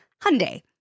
Hyundai